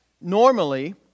normally